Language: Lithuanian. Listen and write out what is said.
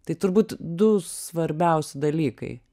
tai turbūt du svarbiausi dalykai